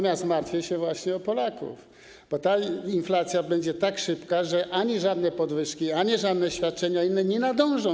Martwię się właśnie o Polaków, bo ta inflacja będzie tak szybka, że ani żadne podwyżki, ani żadne inne świadczenia za nią nie nadążą.